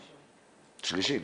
שלישי,